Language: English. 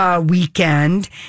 Weekend